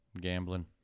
gambling